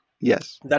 yes